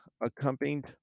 accompanied